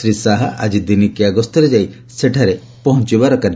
ଶ୍ରୀ ଶାହା ଆଜି ଦିନିକିଆ ଗସ୍ତରେ ଯାଇ ସେଠାରେ ପହଞ୍ଚବେ